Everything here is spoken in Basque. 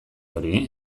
hori